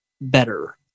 better